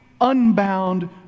unbound